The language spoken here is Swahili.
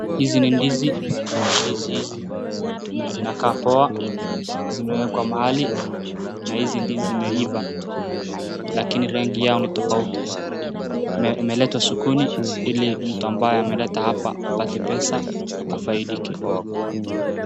Hizi ni ndizi. Ndizi hizi zinakaa poa . Zimewekwa mahali, na hizi ndizi zimeiva, lakini rangi yao ni tofauti. Imeletwa sokoni ili mtu ambaye ameleta hapa apate pesa afaidike.